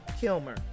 kilmer